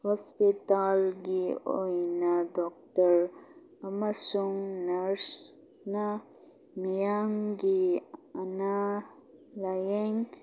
ꯍꯣꯁꯄꯤꯇꯥꯜꯒꯤ ꯑꯣꯏꯅ ꯗꯣꯛꯇꯔ ꯑꯃꯁꯨꯡ ꯅꯔꯁꯅ ꯃꯤꯌꯥꯝꯒꯤ ꯑꯅꯥ ꯂꯥꯏꯌꯦꯡ